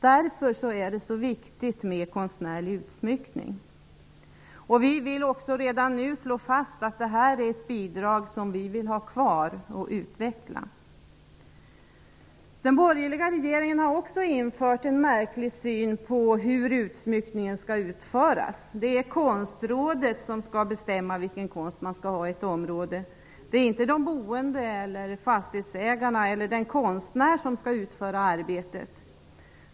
Därför är det viktigt med konstnärlig utsmyckning. Vi vill också redan nu slå fast att detta är ett bidrag som vi vill ha kvar och utveckla. Den borgerliga regeringen har också infört en märklig syn på hur utsmyckningen skall utföras. Konstrådet skall bestämma vilken konst som skall finnas i ett område, inte de boende, fastighetsägarna eller den konstnär som skall utföra arbetet.